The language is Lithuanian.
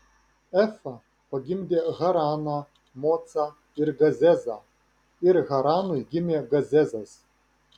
efa pagimdė haraną mocą ir gazezą ir haranui gimė gazezas